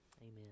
Amen